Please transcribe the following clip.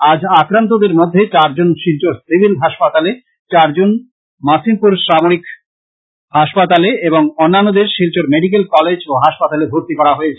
আজ আক্রান্ত রোগীদের মধ্যে চার জন শিলচর সিভিল হাসপাতালে চার জন মাসিমপুর সামরিক হাসপাতালে এবং অন্যান্যদের শিলচর মেডিকেল কলেজ ও হাসপাতালে ভর্তি করা হয়েছে